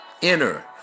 Inner